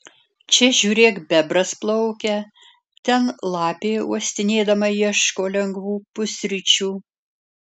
čia žiūrėk bebras plaukia ten lapė uostinėdama ieško lengvų pusryčių